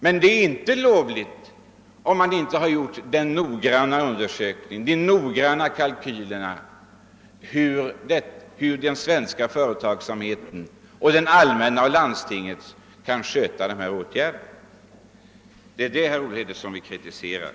Men det är inte lovligt, om man inte gjort noggranna kalkyler och noggrant undersökt hur svensk enskild och allmän företagsamhet kan sköta dessa uppgifter. Det är det, herr Olhede, som vi kritiserar.